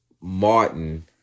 Martin